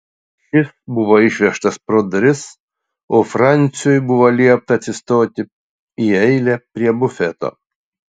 šis buvo išvežtas pro duris o franciui buvo liepta atsistoti į eilę prie bufeto